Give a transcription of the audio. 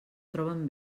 troben